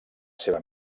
seva